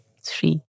three